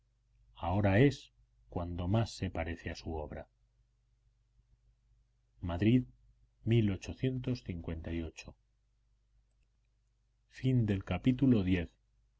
ahora es cuando más se parece a su obra madrid